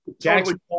Jackson